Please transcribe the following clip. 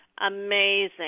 amazing